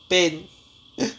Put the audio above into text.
pain